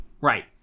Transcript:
right